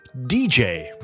DJ